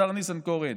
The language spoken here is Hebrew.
השר ניסנקורן,